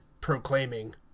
proclaiming